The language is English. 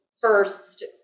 first